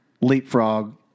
leapfrog